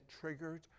triggered